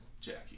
Jackie